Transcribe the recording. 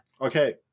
Okay